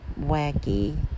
wacky